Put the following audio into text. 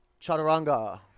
chaturanga